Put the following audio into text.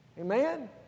Amen